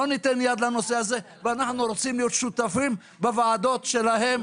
לא ניתן יד לנושא הזה ואנחנו רוצים להיות שותפים בוועדות שלהם,